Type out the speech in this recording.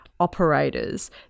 Operators